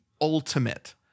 ultimate